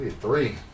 Three